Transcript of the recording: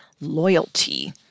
loyalty